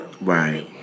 Right